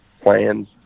plans